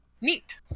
Neat